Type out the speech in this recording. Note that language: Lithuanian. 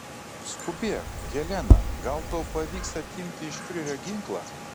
skubėk helena gal tau pavyks atimti iš fiurerio ginklą